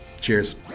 Cheers